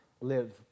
live